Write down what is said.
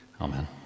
Amen